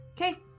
Okay